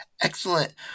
Excellent